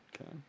Okay